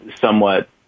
somewhat